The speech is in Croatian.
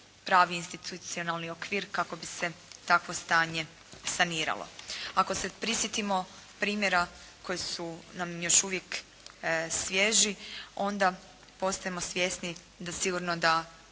institucionalni okvir kako bi se takvo stanje saniralo. Ako se prisjetimo primjera koji su nam još uvijek svježi onda postajemo svjesni da sigurno da